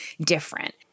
different